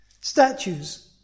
Statues